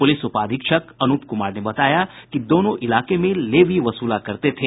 police उपाधीक्षक अनूप कुमार ने बताया कि दोनों इलाके में लेवी वसूला करते थे